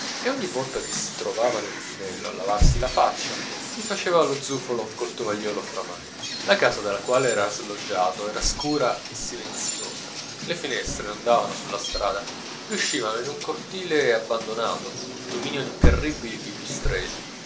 e ogni volta che si trovava nel tinello a lavarsi la faccia gli faceva lo zufolo col tovagliolo fra mani la casa dalla quale era sloggiato era scura e silenziosa le finestre non davano sulla strada riuscivano in un cortile abbandonato dominio di terribili pipistrelli